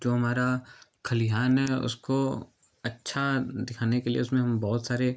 जो हमारा खलिहान है उसको अच्छा दिखाने के लिए उसमें हम बहुत सारे